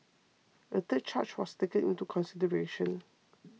a third charge was taken into consideration